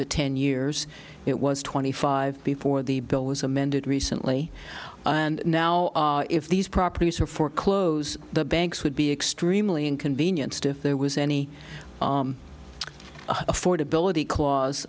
to ten years it was twenty five before the bill was amended recently and now if these properties are foreclose the banks would be extremely inconvenienced if there was any affordability cla